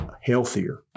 healthier